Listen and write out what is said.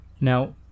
Now